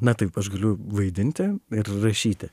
na taip aš galiu vaidinti ir rašyti